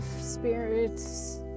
spirits